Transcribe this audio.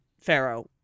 pharaoh